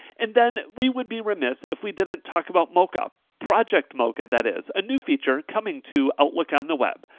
and then we would be remiss if we didn't talk about moca, project moca that is. a new feature coming to outlook on the web.